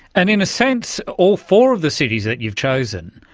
and in a sense all four of the cities that you've chosen,